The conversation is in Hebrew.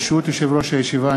ברשות יושב-ראש הישיבה,